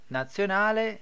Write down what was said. nazionale